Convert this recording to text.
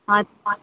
आसपास